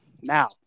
Now